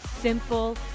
simple